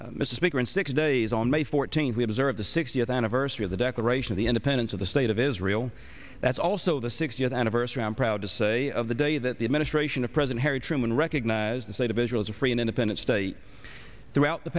in six days on may fourteenth we observe the sixtieth anniversary of the declaration of the independence of the state of israel that's also the sixtieth anniversary i am proud to say of the day that the administration of president harry truman recognized the state of israel as a free and independent state throughout the